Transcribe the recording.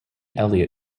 elliot